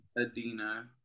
Adina